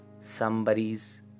somebody's